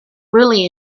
really